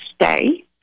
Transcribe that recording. stay